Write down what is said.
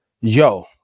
Yo